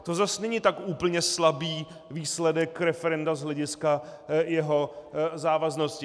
To zas není tak úplně slabý výsledek referenda z hlediska jeho závaznosti.